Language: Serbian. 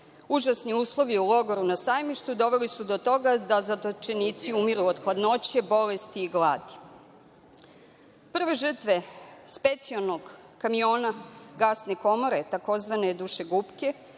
Užasni ulovi u logoru na Sajmištu doveli su do toga da zatočenici umiru od hladnoće, bolesti i gladi. Prve žrtve specijalnog kamiona gasne komore, tzv. „Dušegupke“,